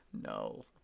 No